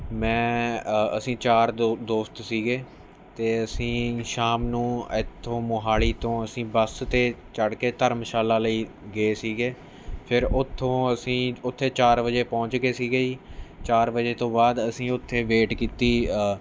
ਮੈਂ ਅਸੀਂ ਚਾਰ ਦੋ ਦੋਸਤ ਸੀ 'ਤੇ ਅਸੀਂ ਸ਼ਾਮ ਨੂੰ ਇੱਥੋਂ ਮੋਹਾਲੀ ਤੋਂ ਅਸੀਂ ਬੱਸ 'ਤੇ ਚੜ੍ਹ ਕੇ ਧਰਮਸ਼ਾਲਾ ਲਈ ਗਏ ਸੀ ਫਿਰ ਉਥੋਂ ਅਸੀਂ ਉੱਥੇ ਚਾਰ ਵਜੇ ਪਹੁੰਚ ਗਏ ਸੀ ਜੀ ਚਾਰ ਵਜੇ ਤੋਂ ਬਾਅਦ ਅਸੀਂ ਉੱਥੇ ਵੇਟ ਕੀਤੀ